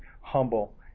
humble